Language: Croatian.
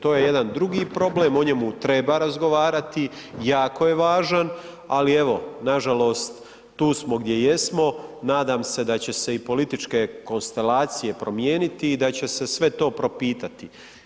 To je jedan drugi problem, o njemu treba razgovarati, jako je važan, ali evo, nažalost tu smo gdje jesmo, nadam se da će se i političke konstelacije promijeniti i da će se sve to propitati.